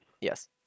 Yes